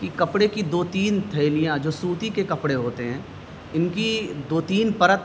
کہ کپڑے کی دو تین تھیلیاں جو سوتی کے کپڑے ہوتے ہیں ان کی دو تین پرت